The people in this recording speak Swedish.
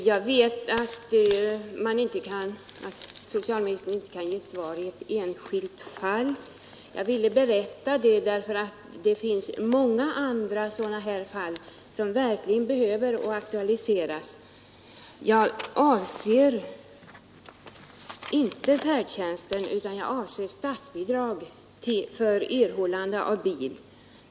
Fru talman! Jag vet att socialministern inte kan ge svar i ett enskilt fall. Jag ville berätta om det här fallet därför att det finns många andra liknande fall som verkligen behöver aktualiseras och åtgärdas. Jag avser inte den kommunala färdtjänsten utan statsbidrag för anskaffande av bil.